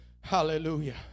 Hallelujah